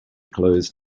close